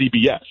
CBS